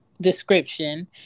description